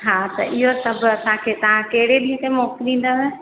हा त इहो सबु असांखे तव्हां कहिड़े ॾींहं ते मोकलींदव